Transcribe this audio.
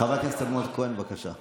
חבר הכנסת אלמוג כהן, בבקשה.